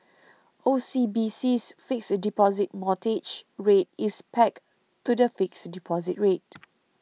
OCBC's Fixed Deposit Mortgage Rate is pegged to the fixed deposit rate